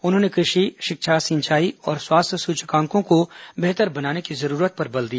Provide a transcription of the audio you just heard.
उन्होंने कृषि शिक्षा सिंचाई और स्वास्थ्य सूचकांकों को बेहतर बनाने की जरूरत पर बल दिया